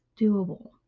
doable